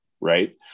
Right